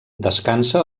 descansa